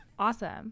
awesome